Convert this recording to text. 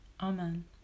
Amen